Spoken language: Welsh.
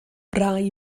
rai